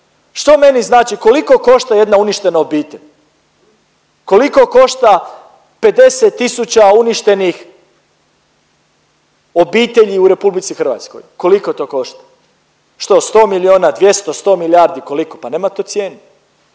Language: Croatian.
Što meni znači koliko košta jedna uništena obitelj? Koliko košta 50 tisuća uništenih obitelji u RH, koliko to košta? Što 100 miliona, 200, 100 milijardi koliko pa nema to cijenu